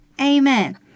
Amen